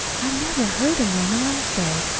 i never heard him run on so.